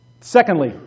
Secondly